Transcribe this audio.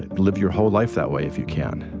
and live your whole life that way if you can